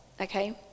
okay